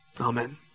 Amen